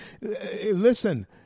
listen